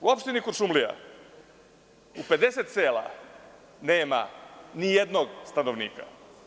U opštini Kuršumlija u 50 sela nema nijednog stanovnika.